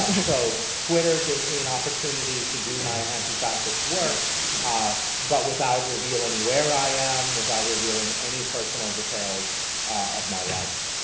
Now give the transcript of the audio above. so twitter gives me an opportunity to do my antifascist work ah but without revealing where i am, without revealing any person um details of my life,